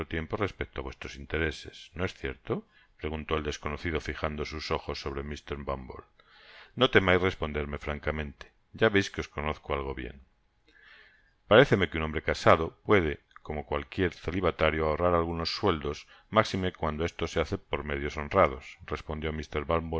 tiempo respecto í vuestros intereses no es cierto preguntó el des conocido fijando sus ojos sobre mr bumble no temais responderme francamente ya veis que os conozco algo bien paréceme que un hombre casado puede como cualquiera celibatario ahorrar algunos sueldos máxime cuando esto se hace por medios honrados respondió